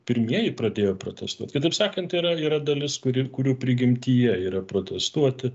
pirmieji pradėjo protestuot kitaip sakant yra yra dalis kuri kurių prigimtyje yra protestuoti